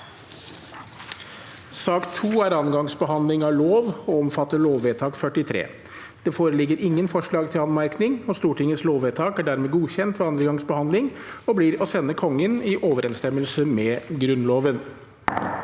nr. 2 er andre gangs behandling av lov og gjelder lovvedtak 43. Det foreligger ingen forslag til anmerkning. Stortingets lovvedtak er dermed godkjent ved andre gangs behandling og blir å sende Kongen i overensstemmelse med Grunnloven.